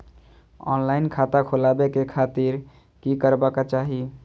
Online खाता खोलाबे के खातिर कि करबाक चाही?